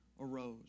Arose